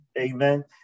Amen